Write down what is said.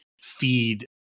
feed